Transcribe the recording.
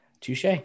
Touche